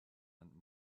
and